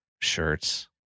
shirts